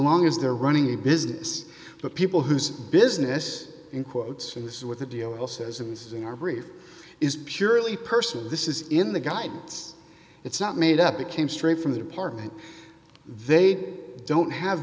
long as they're running a business but people whose business in quotes and this is what the deal says and this is in our brief is purely personal this is in the guidance it's not made up it came straight from the department they don't have